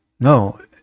No